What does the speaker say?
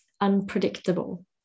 unpredictable